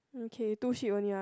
okay two sheep only ah